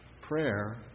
prayer